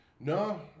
No